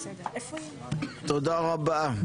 תודה רבה.